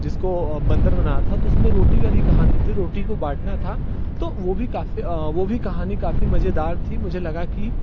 जिसको बंदर बनाया था तो उसमें रोटी वाली कहानी थी रोटी को बाँटना था तो वो भी काफ़ी वो भी कहानी काफ़ी मज़ेदार थी मुझे लगा कि